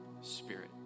spirit